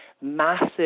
massive